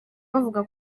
bavuga